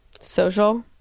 social